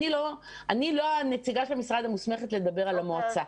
אני לא הנציגה של המשרד המוסמכת לדבר על המועצה.